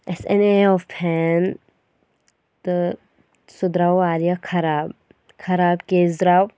اَسہِ اَنے یو فین تہٕ سُہ درٛاو واریاہ خراب خراب کیٛازِ درٛاو